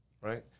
Right